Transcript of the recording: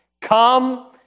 Come